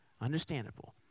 Understandable